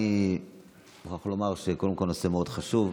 קודם כול, אני רוצה לומר שהנושא מאוד חשוב.